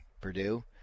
Purdue